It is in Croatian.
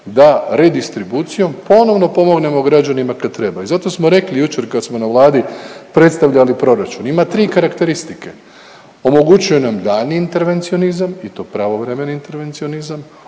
da redistribucijom ponovno pomognemo građanima kad treba. I zato smo rekli jučer kad smo na vladi predstavljali proračun ima tri karakteristike, omogućuje nam daljnji intervencionizam i to pravovremeni intervencionizam,